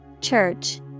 Church